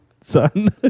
son